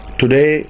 today